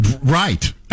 right